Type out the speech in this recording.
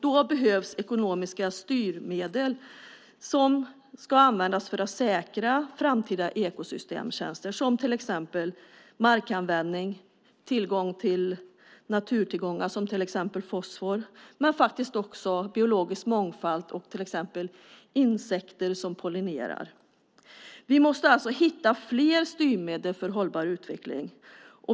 Då behövs ekonomiska styrmedel som ska användas för att säkra framtida ekosystemtjänster, till exempel markanvändning, tillgång till naturtillgångar som fosfor och faktiskt också biologisk mångfald och exempelvis insekter som pollinerar. Vi måste alltså hitta fler styrmedel för hållbar utveckling.